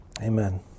Amen